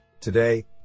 Today